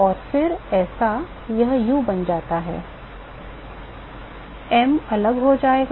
और फिर ऐसा वह u बन जाएगा m अलग हो जाएगा